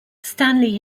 stanley